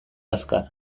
azkar